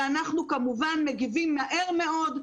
ואנחנו כמובן מגיבים מהר מאוד,